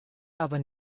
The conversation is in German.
aber